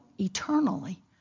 eternally